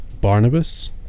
Barnabas